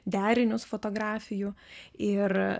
derinius fotografijų ir